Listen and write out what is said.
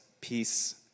peace